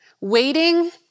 Waiting